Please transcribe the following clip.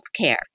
healthcare